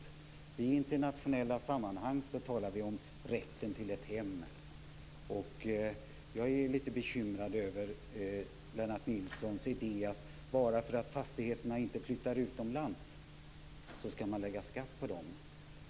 Vi talar i internationella sammanhang om rätten till ett hem. Jag är litet bekymrad över Lennart Nilssons idé att man skall lägga skatt på fastigheterna bara därför att de inte flyttar utomlands.